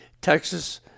Texas